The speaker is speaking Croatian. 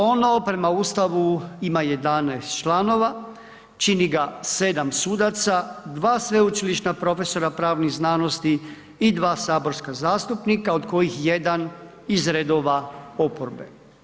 Ono prema Ustavu ima 11 članova, čini ga 7 sudaca, 2 sveučilišna profesora pravnih znanosti i 2 saborska zastupnika, od kojih jedan iz redova oporbe.